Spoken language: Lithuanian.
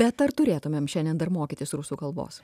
bet ar turėtumėm šiandien dar mokytis rusų kalbos